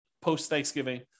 post-Thanksgiving